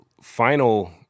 final